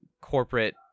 corporate